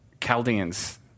Chaldeans